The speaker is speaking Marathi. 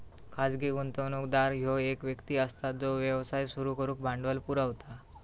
खाजगी गुंतवणूकदार ह्यो एक व्यक्ती असता जो व्यवसाय सुरू करुक भांडवल पुरवता